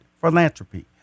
philanthropy